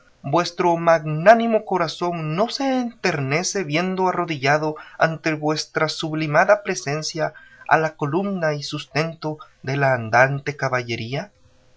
vuestro magnánimo corazón no se enternece viendo arrodillado ante vuestra sublimada presencia a la coluna y sustento de la andante caballería